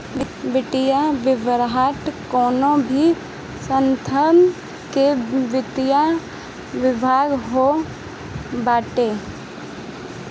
वित्तीय विवरण कवनो भी संस्था के वित्तीय विवरण होत बाटे